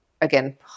again